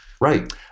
Right